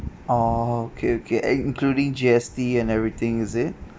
orh okay okay eh including G_S_T and everything is it